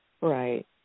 Right